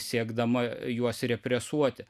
siekdama juos represuoti